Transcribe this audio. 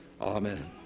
Amen